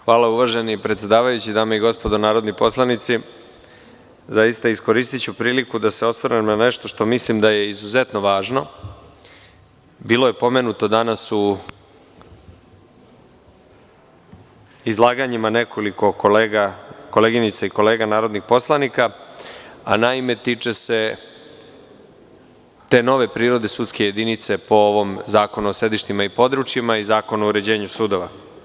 Hvala uvaženi predsedavajući, dame i gospodo narodni poslanici, zaista iskoristiću priliku da se osvrnem na nešto što mislim da je izuzetno važno, bilo je pomenuto danas u izlaganjima nekoliko koleginica i kolega narodnih poslanika, a naime tiče se te nove prirode sudske jedinice po ovom zakonu o sedištima i područjima i zakonu o uređenju sudova.